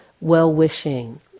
well-wishing